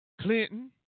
Clinton